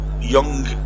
Young